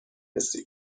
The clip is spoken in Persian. رسی